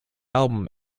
album